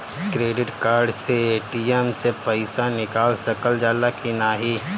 Credit card से ATM से पइसा निकाल सकल जाला की नाहीं?